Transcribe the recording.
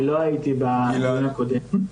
לא הייתי בדיון הקודם.